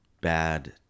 bad